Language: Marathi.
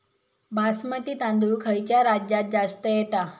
बासमती तांदूळ खयच्या राज्यात जास्त येता?